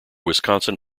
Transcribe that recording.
wisconsin